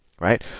Right